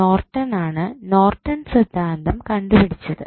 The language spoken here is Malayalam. നോർട്ടൻ ആണ് നോർട്ടൻ സിദ്ധാന്തം കണ്ടുപിടിച്ചത്